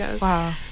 Wow